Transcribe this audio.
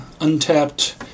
untapped